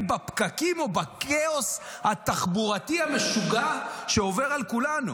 בפקקים או בכאוס התחבורתי המשוגע שעובר על כולנו?